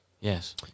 yes